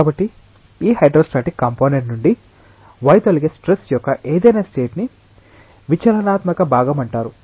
కాబట్టి ఈ hydrostatic component నుండి వైదొలిగే స్ట్రెస్ యొక్క ఏదైనా స్టేట్ ని విచలనాత్మక భాగం అంటారు